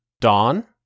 Dawn